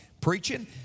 preaching